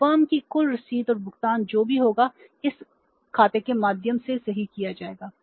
अब फर्म की कुल रसीद और भुगतान जो भी होगा इस खाते के माध्यम से सही किया जाएगा